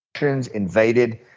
invaded